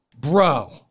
bro